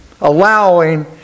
allowing